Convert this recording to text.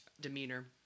demeanor